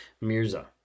Mirza